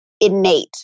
innate